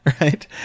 right